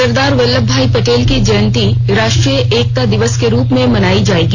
सरदार वल्लभ भाई पटेल की जयन्ती राष्ट्रीय एकता दिवस के रूप में मनाई जायेगी